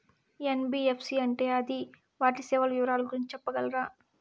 NBFC అంటే అది వాటి సేవలు వివరాలు గురించి సెప్పగలరా?